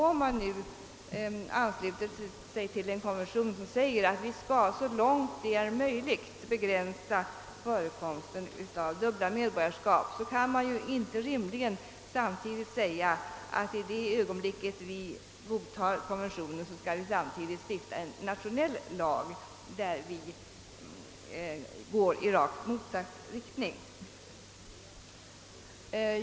Om man nu ansluter sig till en konvention som säger att vi så långt det är möjligt skall begränsa förekomsten av dubbla medborgarskap, kan man inte rimligen samtidigt i det ögonblick vi godtar konventionen säga att vi skall stifta en nationell lag som går i rakt motsatt riktning.